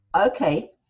Okay